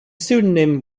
pseudonym